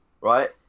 right